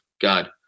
God